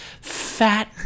fat